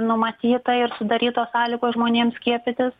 numatyta ir sudarytos sąlygos žmonėms skiepytis